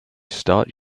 start